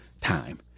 time